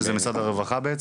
שזה משרד הרווחה בעצם?